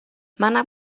منم